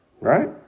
right